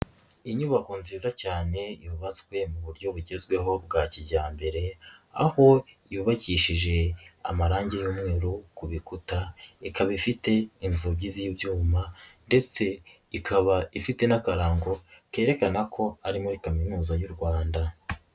Inyubako nziza cyane yubatswe mu buryo bugezweho bwa kijyambere. Aho yubakishije amarangi y'umweru ku bikuta. Ikaba ifite inzugi z'ibyuma ndetse ikaba ifite n'akarango kerekana ko ari muri kaminuza y'u Rwanda.